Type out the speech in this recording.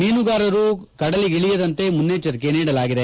ಮೀನುಗಾರರು ಕಡಲಿಗಿಳಿಯದಂತೆ ಮುನ್ನೆಚ್ಚರಿಕೆ ನೀಡಲಾಗಿದೆ